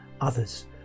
others